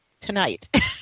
tonight